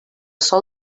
sòl